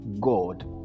God